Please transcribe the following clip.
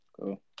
cool